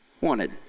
wanted